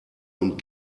und